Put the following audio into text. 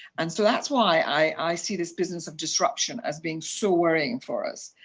and so that's why i see this business of disruption as being so worrying for us.